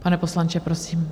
Pane poslanče, prosím.